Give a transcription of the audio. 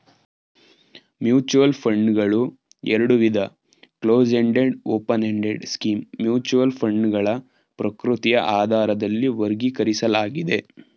mutual ಫಂಡ್ಗಳು ಎರಡುವಿಧ close ended open ended scheme mutual ಫಂಡ್ಗಳ ಪ್ರಕೃತಿಯ ಆಧಾರದಲ್ಲಿ ವರ್ಗೀಕರಿಸಲಾಗಿದೆ